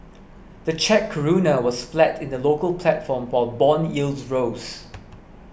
the Czech Koruna was flat in the local platform while bond yields rose